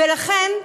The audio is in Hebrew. ולכן,